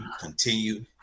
continue